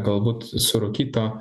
galbūt surūkyto